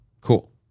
Cool